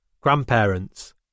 grandparents